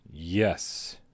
Yes